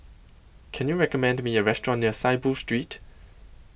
Can YOU recommend Me A Restaurant near Saiboo Street